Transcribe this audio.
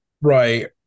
Right